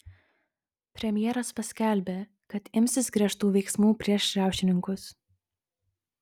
premjeras paskelbė kad imsis griežtų veiksmų prieš riaušininkus